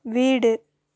வீடு